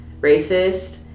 racist